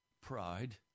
Pride